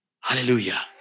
Hallelujah